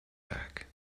back